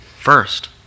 First